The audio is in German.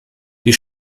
die